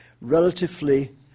relatively